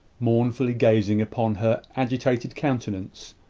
mournfully gazing upon her agitated countenance,